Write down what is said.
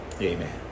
Amen